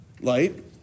Light